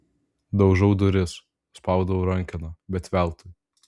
daužau duris spaudau rankeną bet veltui